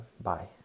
Bye